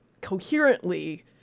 coherently